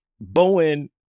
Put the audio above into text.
Bowen